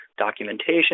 documentation